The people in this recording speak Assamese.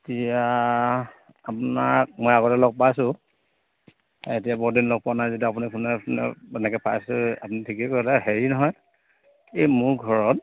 এতিয়া আপোনাক মই আগতে লগ পাইছোঁ এতিয়া বহুদিন লগ পোৱা নাই যেতিয়া আপুনি কোনে কোনে এনেকে পাইছোঁ আপুনি ঠিকে কৈ এটা হেৰি নহয় এই মোৰ ঘৰত